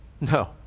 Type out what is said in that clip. No